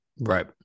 right